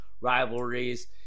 rivalries